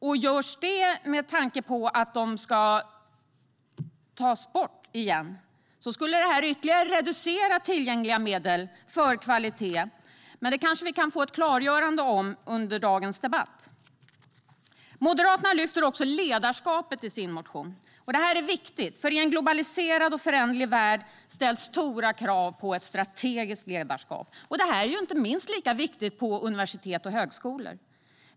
Om man gör det med tanke på att avgifterna ska tas bort igen skulle det ytterligare reducera tillgängliga medel för kvalitet. Men det kanske vi kan få ett klargörande om under dagens debatt. Moderaterna lyfter också ledarskapet i sin motion. Detta är viktigt eftersom det i en globaliserad och föränderlig värld ställs stora krav på ett strategiskt ledarskap. Det är inte minst lika viktigt på universitet och högskolor.